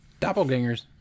Doppelgangers